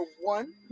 one